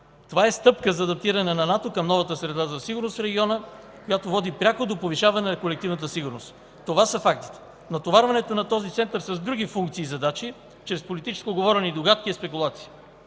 Това е стъпка за адаптиране на НАТО към новата среда за сигурност в региона, която води пряко до повишаване на колективната сигурност. Това са фактите. Натоварването на този център с други функции и задачи чрез политическото говорене и догадки е спекулация.